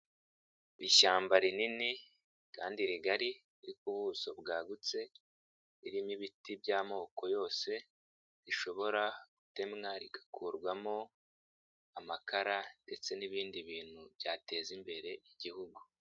Ishyamba rinini kandi rigari ku buso bwagutse, ririmo ibiti by'amoko yose, rishobora gutemwa rigakurwamo amakara ndetse n'ibindi bintu byateza imbere igihugu.